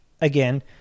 again